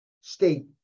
state